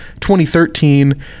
2013